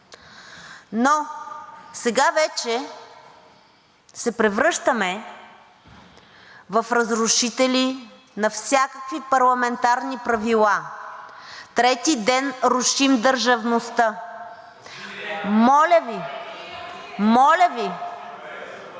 Но сега вече се превръщаме в разрушители на всякакви парламентарни правила и трети ден рушим държавността. Моля Ви, както